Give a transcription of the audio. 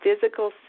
physical